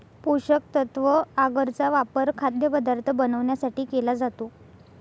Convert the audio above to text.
पोषकतत्व आगर चा वापर खाद्यपदार्थ बनवण्यासाठी केला जातो